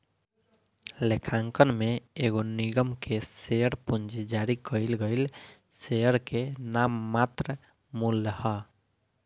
लेखांकन में एगो निगम के शेयर पूंजी जारी कईल गईल शेयर के नाममात्र मूल्य ह